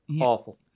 Awful